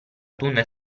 tunnel